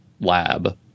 lab